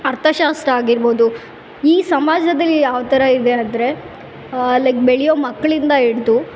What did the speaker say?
ಅರ್ಥಶಾಸ್ತ್ರ ಆಗಿರ್ಬೌದು ಈ ಸಮಾಜದಲ್ಲಿ ಯಾವ ಥರ ಇದೆ ಅಂದರೆ ಲೈಕ್ ಬೆಳಿಯೋ ಮಕ್ಕಳಿಂದ ಹಿಡಿದು